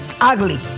ugly